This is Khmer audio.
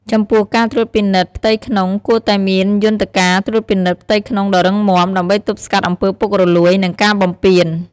ចំពោះការត្រួតពិនិត្យផ្ទៃក្នុងគួរតែមានយន្តការត្រួតពិនិត្យផ្ទៃក្នុងដ៏រឹងមាំ ដើម្បីទប់ស្កាត់អំពើពុករលួយ និងការបំពាន។